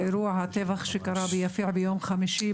אירוע הטבח שקרה ביפיע ביום חמישי,